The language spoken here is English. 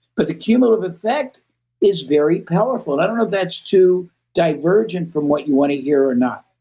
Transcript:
but the cumulative effect is very powerful. i don't know if that's too divergent from what you want to hear or not.